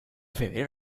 febrero